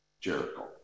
Jericho